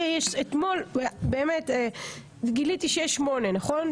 אתמול גיליתי שיש שמונה הצעות חוק, נכון?